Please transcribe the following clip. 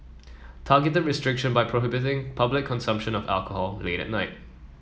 targeted restriction by prohibiting public consumption of alcohol late at night